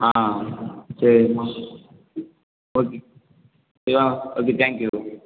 ஆ சரிம்மா ஓகே ஆ okay thank you